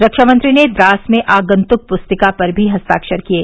रक्षामंत्री ने द्रास में आगंतुक पुस्तिका पर हस्ताक्षर भी किये